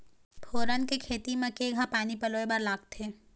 फोरन के खेती म केघा पानी पलोए बर लागथे?